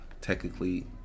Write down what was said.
technically